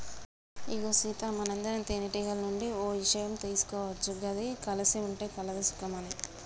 ఇగో సీత మనందరం తేనెటీగల నుండి ఓ ఇషయం తీసుకోవచ్చు గది కలిసి ఉంటే కలదు సుఖం అని